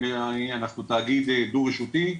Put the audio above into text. אנחנו תאגיד דו רשותי,